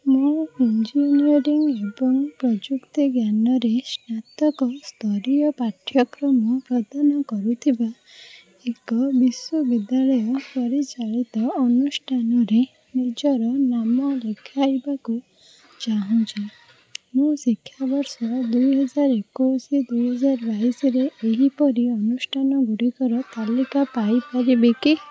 ମୁଁ ଇଞ୍ଜିନିୟରିଂ ଏବଂ ପ୍ରଯୁକ୍ତିଜ୍ଞାନରେ ସ୍ନାତକ ସ୍ତରୀୟ ପାଠ୍ୟକ୍ରମ ପ୍ରଦାନ କରୁଥିବା ଏକ ବିଶ୍ୱବିଦ୍ୟାଳୟ ପରିଚାଳିତ ଅନୁଷ୍ଠାନରେ ନିଜର ନାମ ଲେଖାଇବାକୁ ଚାହୁଁଛି ମୁଁ ଶିକ୍ଷାବର୍ଷ ଦୁଇହଜାରଏକୋଇଶ ଦୁଇହଜାରବାଇଶରେ ଏହିପରି ଅନୁଷ୍ଠାନଗୁଡ଼ିକର ତାଲିକା ପାଇପାରିବି କି